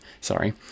sorry